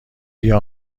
بیا